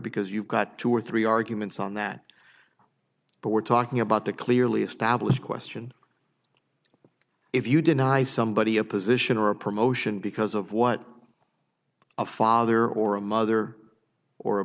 because you've got two or three arguments on that but we're talking about the clearly established question if you deny somebody a position or a promotion because of what a father or a mother or a